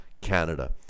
Canada